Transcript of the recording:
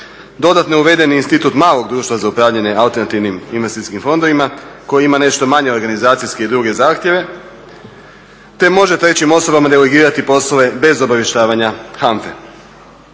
Dodatno je uveden i institut malog društva za upravljanje alternativnim investicijskim fondovima koji ima nešto manje organizacijske i druge zahtjeve te može trećim osobama delegirati poslove bez obavještavanja HANFA-e.